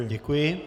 Děkuji.